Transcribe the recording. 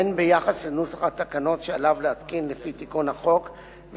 הן ביחס לנוסח התקנות שעליו להתקין לפי תיקון החוק,